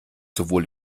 sowohl